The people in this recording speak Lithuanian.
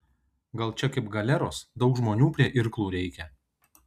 gal čia kaip galeros daug žmonių prie irklų reikia